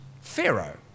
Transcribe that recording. Pharaoh